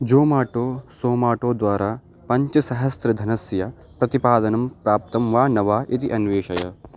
जोमाटो सोमाटो द्वारा पञ्चसहस्रधनस्य प्रतिपादनं प्राप्तं वा न वा इति अन्वेषय